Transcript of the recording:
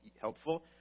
helpful